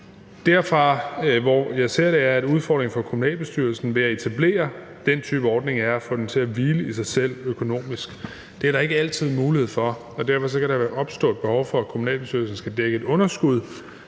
Der, hvor jeg ser det fra, er, at udfordringen for kommunalbestyrelsen ved at etablere den type ordning er at få den til at hvile i sig selv økonomisk. Det er der ikke altid mulighed for, og derfor kan der opstå et behov for, at kommunalbestyrelsen skal dække et underskud,